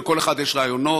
לכל אחד יש רעיונות,